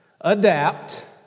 adapt